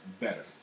better